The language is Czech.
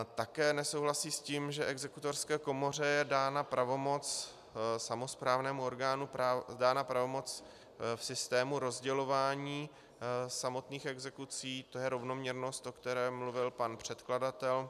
Také nesouhlasí s tím, že exekutorské komoře je dána pravomoc, samosprávnému orgánu, dána pravomoc v systému rozdělování samotných exekucí, to je rovnoměrnost, o které mluvil pan předkladatel.